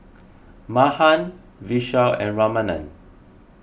Mahan Vishal and Ramanand